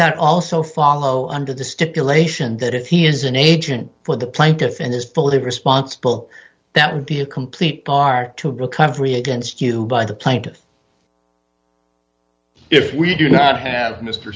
that also follow under the stipulation that if he is an agent for the plaintiff in this fully responsible that would be a complete dark to recovery against you by the plaintiffs if we do not have mr